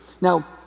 Now